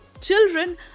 Children